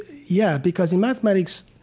yeah, because in mathematics,